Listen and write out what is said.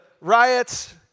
riots